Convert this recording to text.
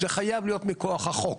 זה חייב להיות מכוח החוק.